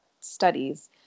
studies